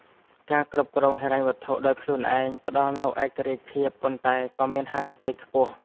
ការគ្រប់គ្រងហិរញ្ញវត្ថុដោយខ្លួនឯង ផ្តល់នូវឯករាជ្យភាព ប៉ុន្តែក៏មានហានិភ័យខ្ពស់។